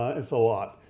it's a lot,